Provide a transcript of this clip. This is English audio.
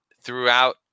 throughout